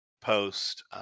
post